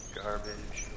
garbage